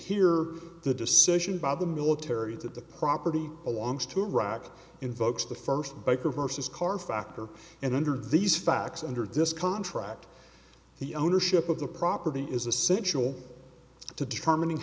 here the decision by the military that the property belongs to iraq invokes the first bike or versus car factor and under these facts under this contract the ownership of the property is essential to determining